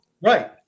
Right